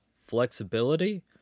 flexibility